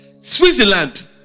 Switzerland